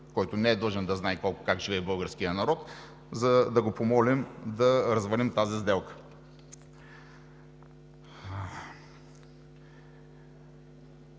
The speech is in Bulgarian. който не е длъжен да знае как живее българският народ, за да го помолим да развалим тази сделка.